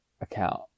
account